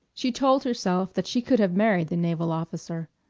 she told herself that she could have married the naval officer.